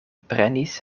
prenis